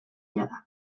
jada